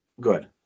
Good